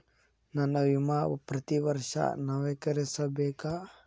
ನನ್ನ ವಿಮಾ ಪ್ರತಿ ವರ್ಷಾ ನವೇಕರಿಸಬೇಕಾ?